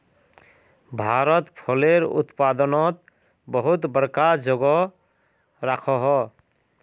भारत फलेर उत्पादनोत बहुत बड़का जोगोह राखोह